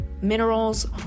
minerals